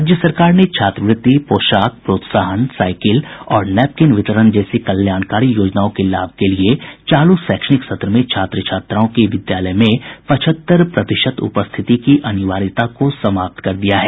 राज्य सरकार ने छात्रवृत्ति पोशाक प्रोत्साहन साईकिल और नैपकीन वितरण जैसी कल्याणकारी योजनाओं के लाभ के लिए चालू शैक्षणिक सत्र में छात्र छात्राओं की विद्यालय में पचहत्तर प्रतिशत उपस्थिति की अनिवार्यता को समाप्त कर दिया गया है